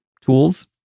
tools